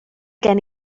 gen